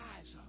eyes